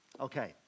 Okay